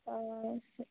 हय